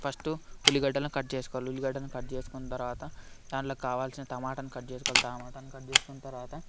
first ఉల్లిగడ్డలను cut చేసుకోవాలి ఉల్లిగడ్డలను కట్ చేసుకున్న తర్వాత దానిలో కావాల్సిన టమాటాలు కట్ చేసుకోవాలి టమాటాలు కట్ చేసుకున్న తర్వాత